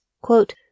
quote